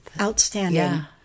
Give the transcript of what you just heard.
Outstanding